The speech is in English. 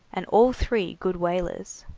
and all three good whalers.